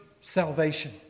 salvation